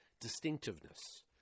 distinctiveness